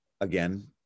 again